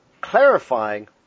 clarifying